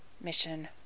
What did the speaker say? mission